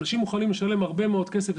אנשים מוכנים לשלם הרבה כסף.